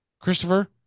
Christopher